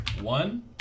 one